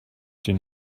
den